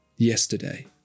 Yesterday